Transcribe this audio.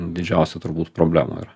didžiausių turbūt problemų yra